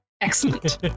Excellent